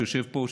שיושב פה,